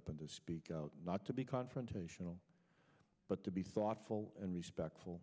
up and to speak out not to be confrontational but to be thoughtful and respectful